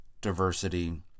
diversity